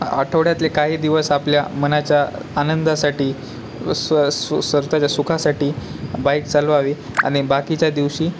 आठवड्यातले काही दिवस आपल्या मनाच्या आनंदासाठी स् स् सरताच्या सुखासाठी बाईक चालवावी आणि बाकीच्या दिवशी